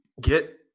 get